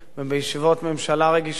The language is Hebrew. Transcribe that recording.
שימשתי גם כמזכיר הממשלה,